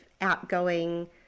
outgoing